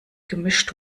gemischt